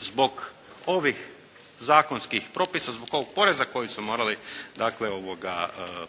zbog ovih zakonskih propisa, zbog ovog poraza koji su morali